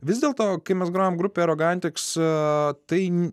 vis dėlto kai mes grojam grupė arogantiks tai